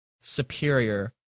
superior